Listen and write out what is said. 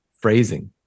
phrasing